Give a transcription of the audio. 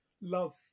Love